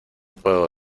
puedo